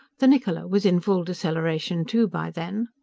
the niccola was in full deceleration too, by then.